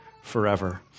forever